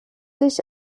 sich